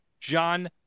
John